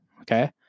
Okay